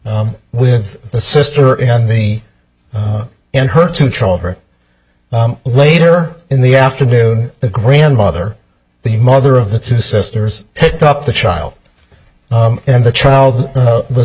with the sister and me and her two children later in the afternoon the grandmother the mother of the two sisters picked up the child and the child was